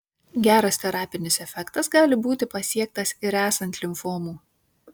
geras terapinis efektas gali būti pasiektas ir esant limfomų